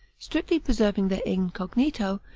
strictly preserving their incognito,